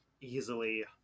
easily